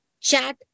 Chat